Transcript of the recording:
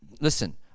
Listen